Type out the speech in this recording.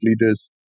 leaders